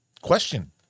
question